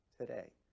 today